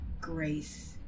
grace